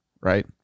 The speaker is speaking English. right